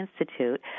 Institute